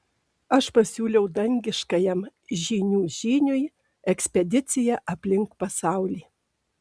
aš pasiūliau dangiškajam žynių žyniui ekspediciją aplink pasaulį